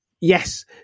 yes